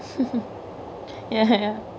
ya ya